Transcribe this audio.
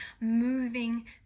moving